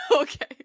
Okay